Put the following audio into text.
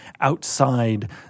outside